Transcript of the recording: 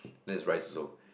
there's rice also